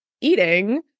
eating